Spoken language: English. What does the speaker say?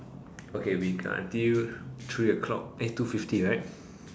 okay we got until three o-clock eh two fifty right